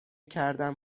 کردم